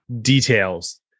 details